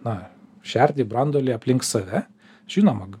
na šerdį branduolį aplink save žinoma